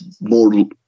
more